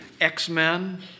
X-Men